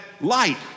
light